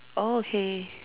oh okay